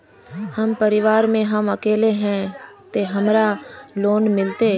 हम परिवार में हम अकेले है ते हमरा लोन मिलते?